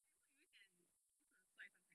edward 有一点不是很帅 sometimes